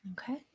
Okay